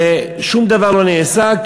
ושום דבר לא נעשה.